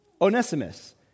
Onesimus